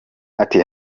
ati